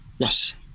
Yes